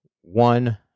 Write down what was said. one